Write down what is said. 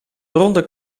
ronde